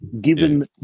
given